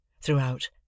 Throughout